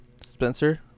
Spencer